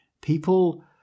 People